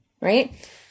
right